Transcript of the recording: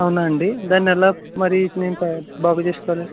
అవునా అండి దాన్ని ఎలా మరి నేను తయారు బాగు చేసుకోవాలి